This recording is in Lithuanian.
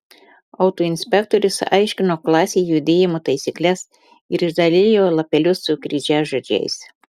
autoinspektorius aiškino klasėje judėjimo taisykles ir išdalijo lapelius su kryžiažodžiais